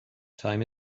time